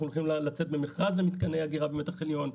אנחנו הולכים לצאת במכרז למתקני אגירה במתח עליון.